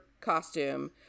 costume